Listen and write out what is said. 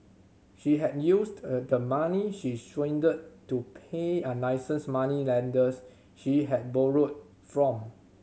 she had used the money she swindled to pay unlicensed moneylenders she had borrowed from